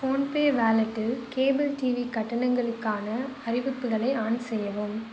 PhonePe வாலெட்டில் cable TV கட்டணங்களுக்கான அறிவிப்புகளை ஆன் செய்யவும்